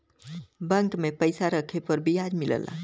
bank में पइसा रखे पर बियाज मिलला